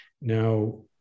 Now